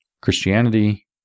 Christianity